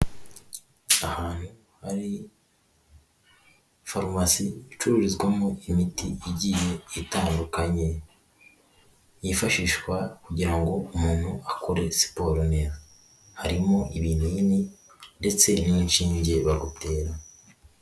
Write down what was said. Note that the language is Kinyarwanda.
Ahantu hari farumasi icururizwamo imiti igiye itandukanye, yifashishwa kugira ngo umuntu akore siporo neza, harimo ibinini ndetse n'inshinge bagutera.